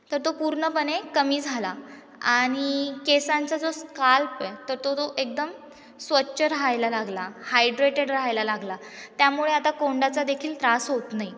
तर तो पूर्णपणे कमी झाला आणि केसांचा जो स्काल्प आहे तर तो तो एकदम स्वच्छ राहायला लागला हायड्रेटेड राहायला लागला त्यामुळे आता कोंड्याचा देखील त्रास होत नाही